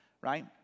Right